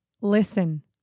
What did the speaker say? listen